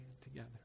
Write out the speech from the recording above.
together